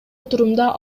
отурумда